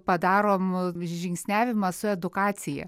padarom žingsniavimą su edukacija